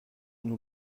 nous